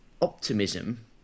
optimism